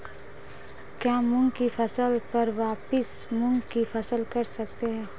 क्या मूंग की फसल पर वापिस मूंग की फसल कर सकते हैं?